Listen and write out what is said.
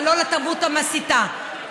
אבל לא לתרבות המסיתה,